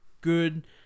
good